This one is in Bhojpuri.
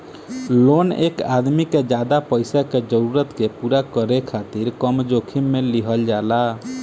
लोन एक आदमी के ज्यादा पईसा के जरूरत के पूरा करे खातिर कम जोखिम में लिहल जाला